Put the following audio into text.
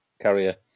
carrier